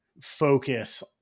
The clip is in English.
focus